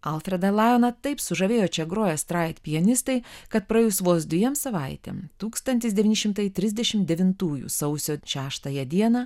alfredą lajoną taip sužavėjo čia groję strait pianistai kad praėjus vos dviem savaitėm tūkstantis devyni šimtai trisdešimt devintųjų sausio šeštąją dieną